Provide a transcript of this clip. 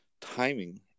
timing